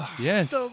Yes